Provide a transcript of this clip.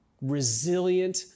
resilient